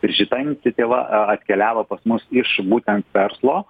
ir šita iniciatyva atkeliavo pas mus iš būtent verslo